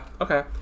okay